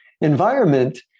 environment